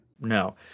No